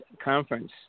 Conference